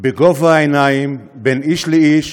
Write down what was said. בגובה העיניים, בין איש לאיש